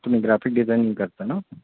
तुम्ही graphic designing करता ना